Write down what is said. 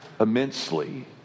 immensely